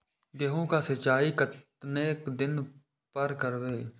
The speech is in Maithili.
गेहूं का सीचाई कतेक दिन पर करबे?